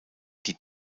die